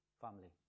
family